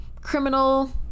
criminal